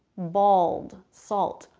bald, salt,